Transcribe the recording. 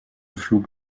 flug